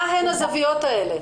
מה הן הזוויות האלה?